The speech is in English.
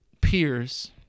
peers